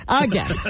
Again